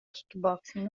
kickboxing